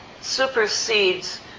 supersedes